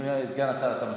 אדוני סגן השר, אתה מסכים?